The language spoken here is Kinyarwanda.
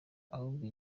ahubwo